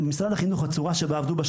בצורה שבה עבדו,